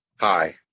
Hi